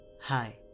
Hi